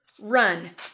Run